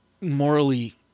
morally